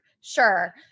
Sure